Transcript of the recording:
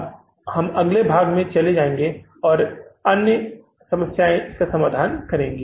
अब हम अगले भाग में चले जाएंगे अन्य समस्याएं इसका समाधान करेंगी